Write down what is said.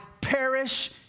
perish